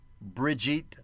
Bridget